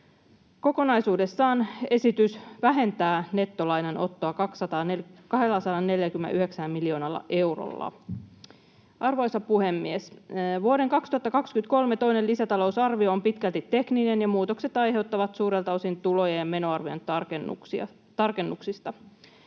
Kokonaisuudessaan esitys vähentää nettolainanottoa 249 miljoonalla eurolla. Arvoisa puhemies! Vuoden 2023 toinen lisätalousarvio on pitkälti tekninen, ja muutokset aiheutuvat suurelta osin tulo- ja menoarvion tarkennuksista.